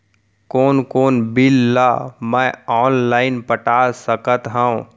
कोन कोन बिल ला मैं ऑनलाइन पटा सकत हव?